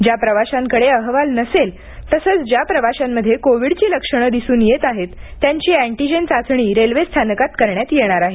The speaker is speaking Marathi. ज्या प्रवाशांकडे अहवाल नसेल तसंच ज्या प्रवाशांमध्ये कोविडची लक्षणं दिसून येत आहेत त्यांची अँटीजेन चाचणी रेल्वे स्थानकात करण्यात येणार आहे